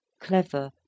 clever